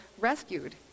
rescued